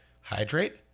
hydrate